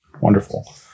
Wonderful